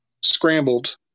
scrambled